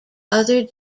other